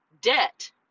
debt